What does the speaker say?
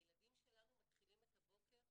הילדים שלנו מתחילים את הבוקר,